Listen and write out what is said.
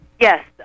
Yes